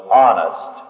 honest